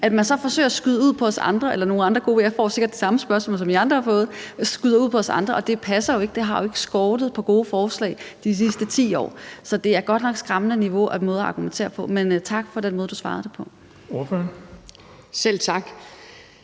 Når man så forsøger at skyde det over på os eller nogle andre – for jeg får sikkert de samme spørgsmål, som I andre har fået – så passer det jo ikke, for det har jo ikke skortet på gode forslag de sidste 10 år. Så det er godt nok en skræmmende måde at argumentere på. Men tak for den måde, du besvarede det på. Kl. 19:40 Den fg.